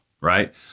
right